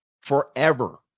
Forever